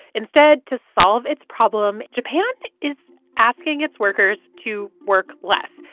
instead, to solve its problem, japan is asking its workers to work less.